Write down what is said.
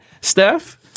Steph